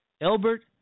Elbert